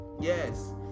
yes